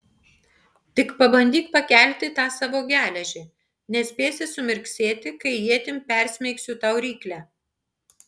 tik pabandyk pakelti tą savo geležį nespėsi sumirksėti kai ietim persmeigsiu tau ryklę